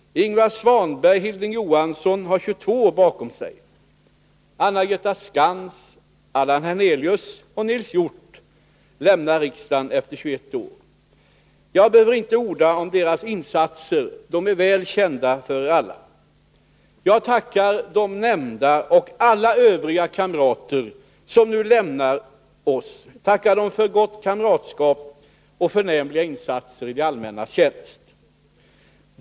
Ingvar Svanberg och Hilding Johansson har 22 år bakom sig. Anna-Greta Skantz, Jag behöver inte orda om deras insatser — de är väl kända för alla. Jag tackar de nämnda och alla övriga kamrater som nu lämnar oss för gott kamratskap och för förnämliga insatser i det allmännas tjänst.